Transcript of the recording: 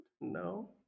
No